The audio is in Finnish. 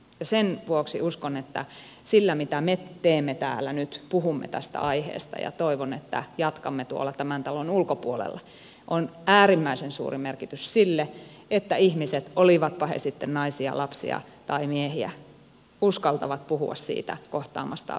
sen vuoksi uskon että sillä mitä me teemme täällä nyt puhumme tästä aiheesta ja toivon että jatkamme tuolla tämän talon ulkopuolella on äärimmäisen suuri merkitys sille että ihmiset olivatpa he sitten naisia lapsia tai miehiä uskaltavat puhua siitä kohtaamastaan